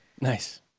nice